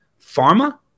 Pharma